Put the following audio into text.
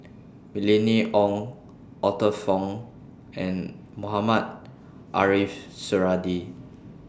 Mylene Ong Arthur Fong and Mohamed Ariff Suradi